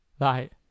Right